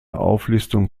auflistung